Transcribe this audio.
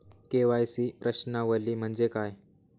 KYC प्रश्नावली म्हणजे काय?